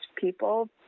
people